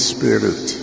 Spirit